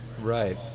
Right